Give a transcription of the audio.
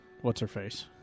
what's-her-face